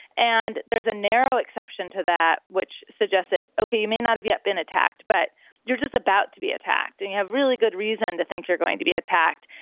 and there's a narrow exception to that, which suggests that, ok, you may not have yet been attacked, but you're just about to be attacked. and you have really good reason to think you're going to be attacked.